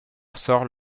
sort